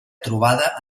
trobada